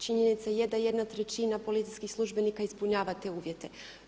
Činjenica je da jedna trećina policijskih službenika ispunjava te uvjete.